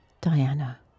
Diana